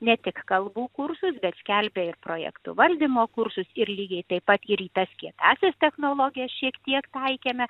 ne tik kalbų kursus bet skelbė ir projektų valdymo kursus ir lygiai taip pat ir į tas kietąsias technologijas šiek tiek taikėme